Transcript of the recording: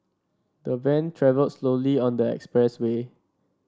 the van travelled slowly on the expressway